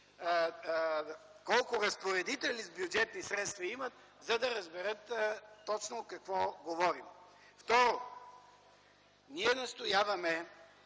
колко разпоредители с бюджетни средства имат, за да разберат точно какво говорим. Второ, ние настояваме